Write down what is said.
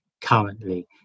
currently